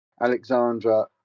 Alexandra